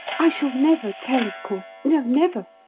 i shall never tell, of course no, never!